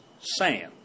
sand